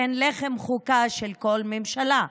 שהן לחם חוקה של כל ממשלה.